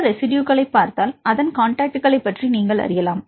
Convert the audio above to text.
சில ரெஸிட்யுகளை பார்த்தால் அதன் காண்டாக்ட்களை நீங்கள் அறியலாம்